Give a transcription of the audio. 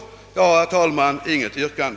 Jag har, herr talman, inget yrkande.